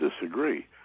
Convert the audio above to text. disagree